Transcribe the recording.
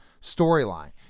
storyline